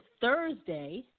Thursday